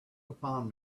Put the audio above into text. upon